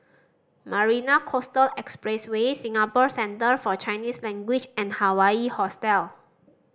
Marina Coastal Expressway Singapore Centre For Chinese Language and Hawaii Hostel